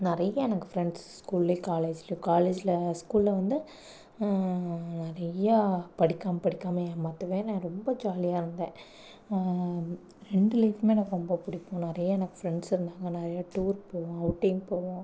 நிறையா எனக்கு ஃப்ரெண்ட்ஸ் ஸ்கூல்லையும் காலேஜ்லையும் காலேஜ்ல ஸ்கூல்ல வந்து நிறையா படிக்காமல்படிக்காமல் ஏமாற்றுவேன் நான் ரொம்ப ஜாலியாக இருந்தேன் ரெண்டு லைஃப்மே எனக்கு ரொம்ப பிடிக்கும் நிறையா எனக்கு ஃப்ரெண்ட்ஸ் இருந்தாங்க நிறையா டூர் போவோம் அவுட்டிங் போவோம்